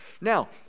now